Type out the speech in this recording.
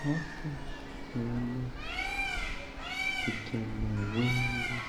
Hapa naona vijana wengi